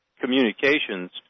communications